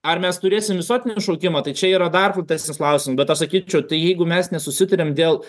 ar mes turėsim visuotinį šaukimą tai čia yra dar platesnis klausim bet aš sakyčiau tai jeigu mes nesusitariam dėl